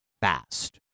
fast